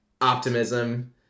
optimism